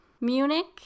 Munich